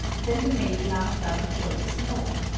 then the maid laughed out a joyous no.